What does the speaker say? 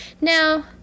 Now